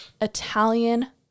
Italian